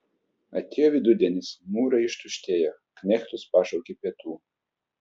atėjo vidudienis mūrai ištuštėjo knechtus pašaukė pietų